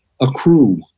accrue